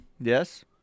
Yes